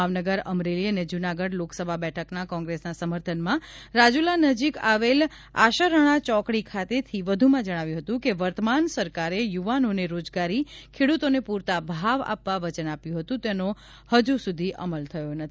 ભાવનગર અમરેલી અને જૂનાગઢ લોકસભા બેઠકના કોંગ્રેસના સમર્થનમાં રાજુલા નજીક આવેલ આશરણા ચોકડી ખાતેથી વ્ધુમાં જણાવ્યું હતું કે વર્તમાન સરકારે યુવાનોને રોજગારી ખેડૂતોને પુરતા ભાવ આપવા વચન આપ્યું હતું તેનો હજુ સુધી અમલ થયો નથી